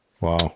Wow